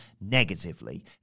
negatively